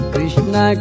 Krishna